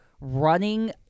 running